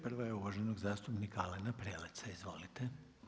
Prva je uvaženog zastupnika Alena Preleca.